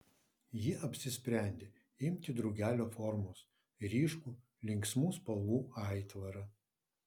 ji apsisprendė imti drugelio formos ryškų linksmų spalvų aitvarą